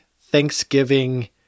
Thanksgiving